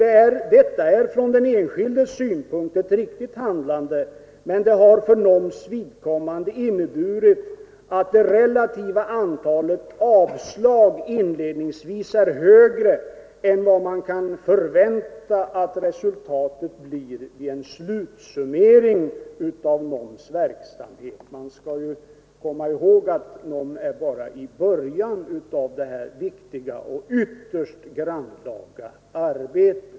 Detta är från den enskildes synpunkt ett riktigt handlande, men det har för NOM s vidkommande inneburit att det relativa antalet avslag inledningsvis är högre än vad man kan förvänta att resultatet blir vid en slutsummering av NOM :s verksamhet. Man skall ju komma ihåg att NOM är bara i början av sitt viktiga och ytterst grannlagda arbete.